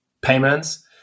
payments